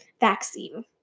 vaccine